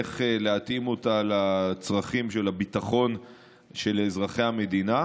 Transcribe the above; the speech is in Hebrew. איך להתאים אותה לצרכים של הביטחון של אזרחי המדינה,